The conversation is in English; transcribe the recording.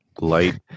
light